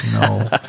no